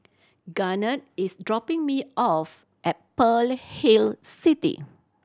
Garnett is dropping me off at Pearl Hill City